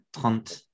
trente